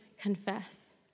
confess